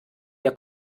der